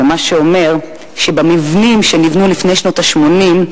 מה שאומר שמבנים שנבנו לפני שנות ה-80,